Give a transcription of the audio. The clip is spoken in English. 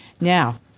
Now